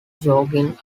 jogging